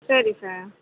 சரி சார்